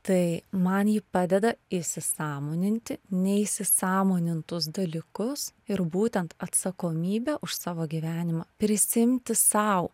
tai man ji padeda įsisąmoninti neįsisąmonintus dalykus ir būtent atsakomybę už savo gyvenimą prisiimti sau